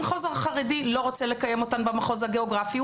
המחוז החרדי לא רוצה לקיים אותן במחוז הגיאוגרפי,